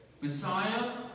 Messiah